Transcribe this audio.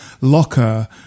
locker